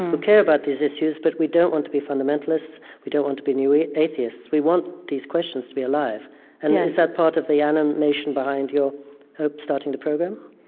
who care about these issues, but we don't want to be fundamentalists, we don't want to be new atheists. we want these questions to be alive. and yeah is that part of the animation behind your hope starting the program?